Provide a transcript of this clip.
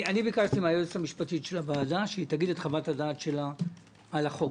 אני ביקשתי מהיועצת המשפטית של הוועדה שתגיד את חוות דעתה על החוק,